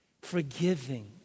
forgiving